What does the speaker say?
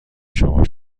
شما